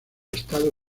estado